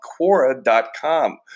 Quora.com